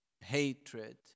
hatred